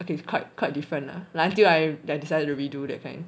okay it's quite quite different lah like until I I decided to redo that kind